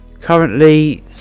currently